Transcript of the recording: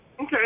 Okay